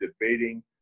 debating